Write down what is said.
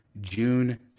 June